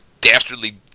dastardly